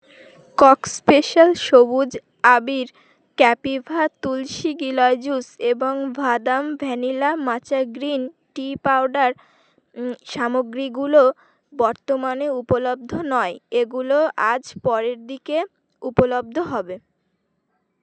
cock special সবুজ আবির ক্যাপিভা তুলসী গিলয় জুস এবং বাদাম vanilla matcha green tea powder সামগ্রীগুলো বর্তমানে উপলব্ধ নয় এগুলো আজ পরের দিকে উপলব্ধ হবে